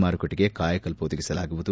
ಮಾರುಕಟ್ಟಿಗೆ ಕಾಯಕಲ್ಪ ಒದಗಿಸಲಾಗುವುದು